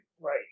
right